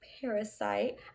Parasite